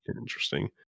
interesting